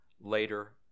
Later